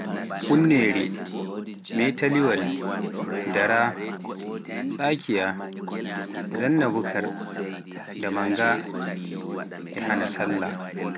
hunneere, mitaaliwal, daraa, tsakiya, zanna bukar, damanga, hana sallah.